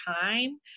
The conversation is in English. time